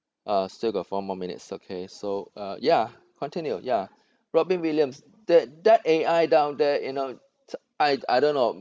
uh still got four more minutes okay so uh ya continue ya robin williams that that A_I down there you know I I don't know